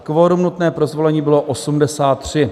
Kvorum nutné pro zvolení bylo 83.